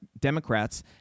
Democrats